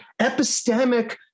epistemic